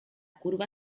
curva